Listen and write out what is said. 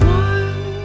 one